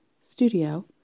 studio